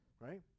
right